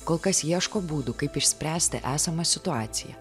kol kas ieško būdų kaip išspręsti esamą situaciją